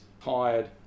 tired